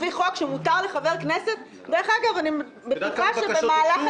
לפי חוק שמותר לחבר כנסת --- את יודעת כמה בקשות הוגשו?